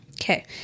Okay